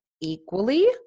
equally